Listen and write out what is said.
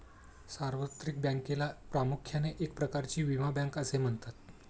सार्वत्रिक बँकेला प्रामुख्याने एक प्रकारची विमा बँक असे म्हणतात